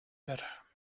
better